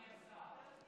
אדוני השר?